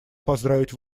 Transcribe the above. поздравить